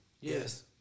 Yes